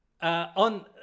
on